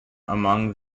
among